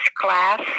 class